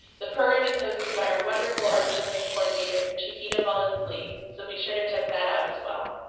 the program is hosted by our wonderful arts learning coordinator chiquita mullins lee, so be sure to check that out as well.